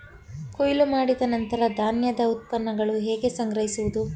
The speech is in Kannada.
ಕೊಯ್ಲು ಮಾಡಿದ ನಂತರ ಧಾನ್ಯದ ಉತ್ಪನ್ನಗಳನ್ನು ಹೇಗೆ ಸಂಗ್ರಹಿಸುವುದು?